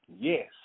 yes